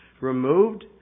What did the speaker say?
removed